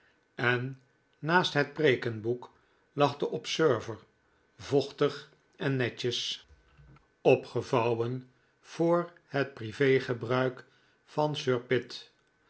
en naast het preekenboek lag de observer vochtig en netjes opgevouwen voor het prive gebruik van sir